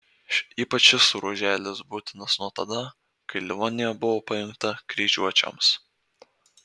ypač šis ruoželis būtinas nuo tada kai livonija buvo pajungta kryžiuočiams